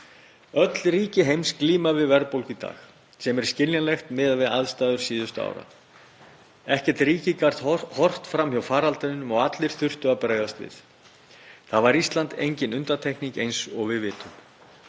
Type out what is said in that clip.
Öll ríki heims glíma við verðbólgu í dag, sem er skiljanlegt miðað við aðstæður síðustu ára. Ekkert ríki gat horft fram hjá faraldrinum og allir þurftu að bregðast við. Þar var Ísland engin undantekning, eins og við vitum.